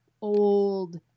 old